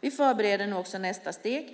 Vi förbereder nu också nästa steg.